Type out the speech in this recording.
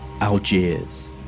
Algiers